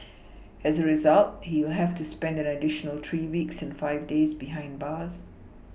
as a result he will have to spend an additional three weeks and five days behind bars